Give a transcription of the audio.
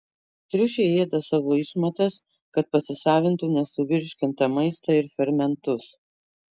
triušiai ėda savo išmatas kad pasisavintų nesuvirškintą maistą ir fermentus